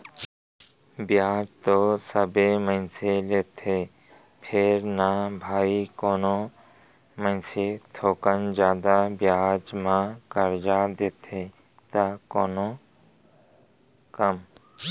बियाज तो सबे मनसे लेथें फेर न भाई कोनो मनसे थोकन जादा बियाज म करजा देथे त कोहूँ कम